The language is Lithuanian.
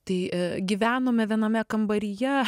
tai gyvenome viename kambaryje